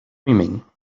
dreaming